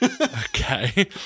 Okay